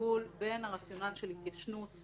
בלבול בין הרציונל של התיישנות,